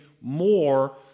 more